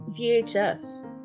VHS